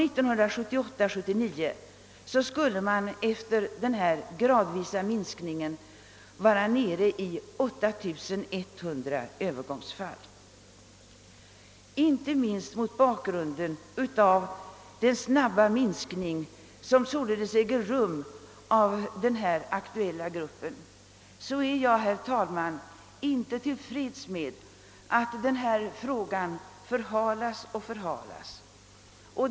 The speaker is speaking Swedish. Budgetåret 1978/79 skulle man efter denna gradvis skeende minskning vara nere i 8100 övergångsfall. Inte minst mot bakgrunden av den snabba minskningen av den här aktuella gruppen är jag, herr talman, inte till freds med att frågan förhalas.